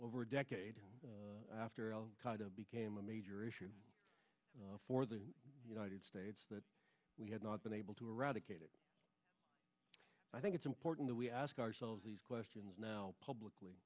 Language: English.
over a decade after al qaida became a major issue for the united states that we had not been able to eradicate it i think it's important that we ask ourselves these questions now publicly